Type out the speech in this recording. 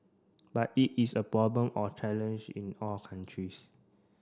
but it is a problem or challenge in all countries